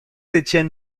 étienne